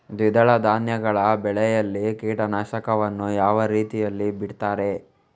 ದ್ವಿದಳ ಧಾನ್ಯಗಳ ಬೆಳೆಯಲ್ಲಿ ಕೀಟನಾಶಕವನ್ನು ಯಾವ ರೀತಿಯಲ್ಲಿ ಬಿಡ್ತಾರೆ?